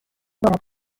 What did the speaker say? دارد